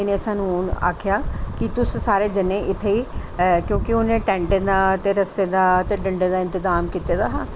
इंहे स्हानू हून आक्खेआ कि तुस सारे जने इत्थे एह् क्योंकि उंहे टैंटे दा ते रस्से दा डंडे दा इंतजाम कीते दा हा